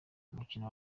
umukino